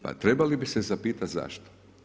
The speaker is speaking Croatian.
Pa trebali bi se zapitati zašto.